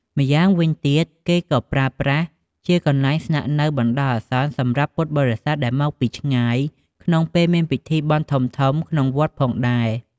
ម្យ៉ាងវិញទៀតគេក៏ប្រើប្រាស់ជា កន្លែងស្នាក់នៅបណ្ដោះអាសន្ន សម្រាប់ពុទ្ធបរិស័ទដែលមកពីឆ្ងាយ ក្នុងពេលមានពិធីបុណ្យធំៗនៅក្នុងវត្តផងដែរ។